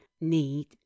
need